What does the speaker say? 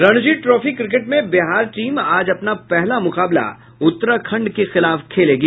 Ranji trophy cricket में Bihar team आज अपना पहला मुकाबला उत्तराखण्ड के खिलाफ खेलेगी